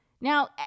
Now